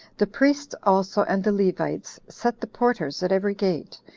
the priests also and the levites set the porters at every gate,